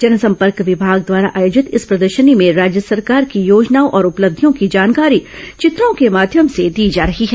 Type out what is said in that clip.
जनसंपर्क विभाग द्वारा आयोजित इस प्रदर्शनी में राज्य सरकार की योजनाओं और उपलब्धियों की जानकारी चित्रों के माध्यम से दी जा रही है